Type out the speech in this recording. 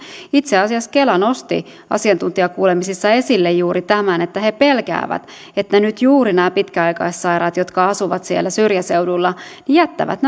itse asiassa kela nosti asiantuntijakuulemisissa esille juuri tämän että he pelkäävät että nyt juuri nämä pitkäaikaissairaat jotka asuvat siellä syrjäseuduilla jättävät